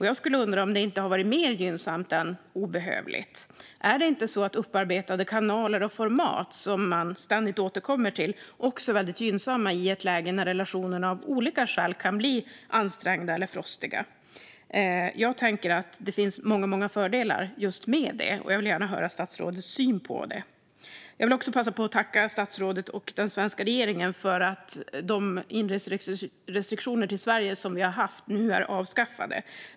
Jag undrar om det inte har varit mer gynnsamt än obehövligt. Är det inte så att upparbetade kanaler och format som man ständigt återkommer till är väldigt gynnsamma i ett läge när relationerna av olika skäl kan bli ansträngda eller frostiga? Jag tänker att det finns många fördelar med detta, och jag vill gärna höra statsrådets syn på det. Jag vill också passa på att tacka statsrådet och den svenska regeringen för att de inreserestriktioner till Sverige som vi har haft nu är avskaffade.